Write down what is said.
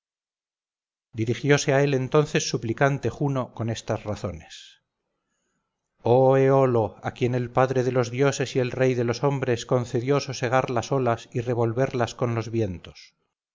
dirigiose a él entonces suplicante juno con estas razones oh éolo a quien el padre de los dioses y rey de los hombres concedió sosegar las olas y revolverlas con los vientos